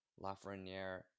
Lafreniere